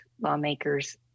lawmakers